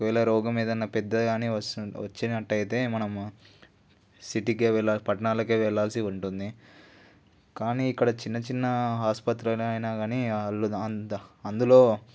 ఒకవేళ రోగం ఏదైనా పెద్దగానే వస్తుంది వచ్చినట్టయితే మనము సిటీకే పట్టాణాలకే వెళ్ళాల్సి ఉంటుంది కానీ ఇక్కడ చిన్న చిన్న ఆసుపత్రులు అయినా కానీ వాళ్ళు అందు అందులో